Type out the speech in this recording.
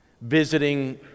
Visiting